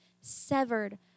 severed